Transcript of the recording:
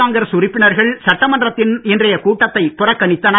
காங்கிரஸ் உறுப்பினர்கள் சட்டமன்றத்தின் இன்றைய கூட்டத்தை புறக்கணித்தனர்